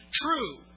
true